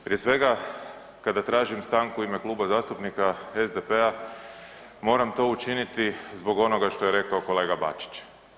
Prije svega kada tražim stanku u ime Kluba zastupnika SDP-a moram to učiniti zbog onoga što je rekao kolega Bačić.